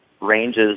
ranges